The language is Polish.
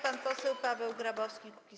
Pan poseł Paweł Grabowski, Kukiz’15.